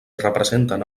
representen